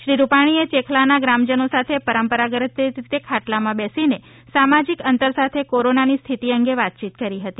શ્રી રૂપાણીએ ચેખલાના ગ્રામજનો સાથે પરંપરાગત રીતે ખાટલામાં બેસીને સામજીક અંતર સાથે કોરોનાની સ્થિતિ અંગે વાતચીત કરી હતી